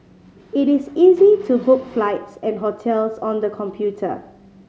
it is easy to book flights and hotels on the computer